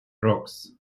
rocks